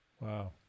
Wow